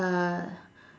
uh